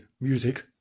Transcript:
music